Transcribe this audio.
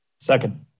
Second